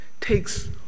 takes